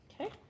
Okay